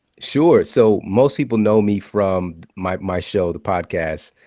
sure. so most people know me from my my show, the podcast,